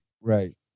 Right